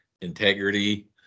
integrity